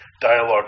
Dialogue